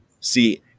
see